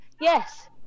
yes